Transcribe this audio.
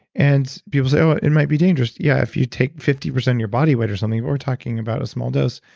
and people say ah it might be dangerous. yeah, if you take fifty percent of your body weight or something, but we're talking about a small dose.